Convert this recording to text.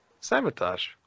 Sabotage